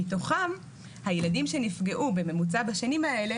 מתוכם הילדים שנפגעו בממוצע בשנים האלה